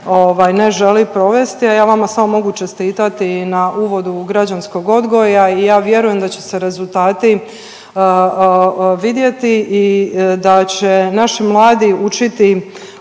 ne želi provesti, a ja vama samo mogu čestitati na uvodu u građanskog odgoja i ja vjerujem da će se rezultati vidjeti i da će naši mladi učiti